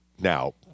Now